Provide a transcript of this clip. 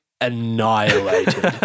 annihilated